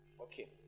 okay